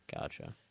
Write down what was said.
Gotcha